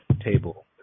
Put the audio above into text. table